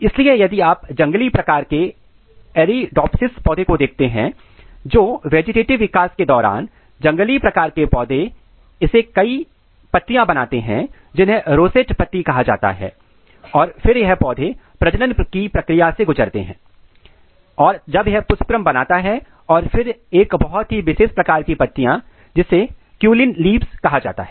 इसलिए यदि आप जंगली प्रकार के एरीडोप्सिस पौधे को देखते हैं तो वेजिटेटिव विकास के दौरान जंगली प्रकार के पौधे इसे कई पत्तियाँ बनाते हैं जिन्हें रोसेट पत्ती कहा जाता है और फिर यह पौधे प्रजनन क्रिया की प्रक्रिया से गुजरते हैं जब यह पुष्पक्रम बनाया जाता है और फिर एक बहुत ही विशेष प्रकार की पत्तियां जिसे cauline leaves कहा जाता है